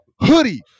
hoodie